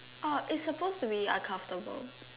orh is suppose to be uncomfortable